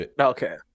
Okay